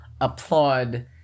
applaud